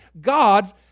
God